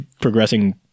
progressing